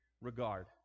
regard